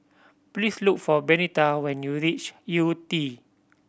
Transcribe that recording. please look for Benita when you reach Yew Tee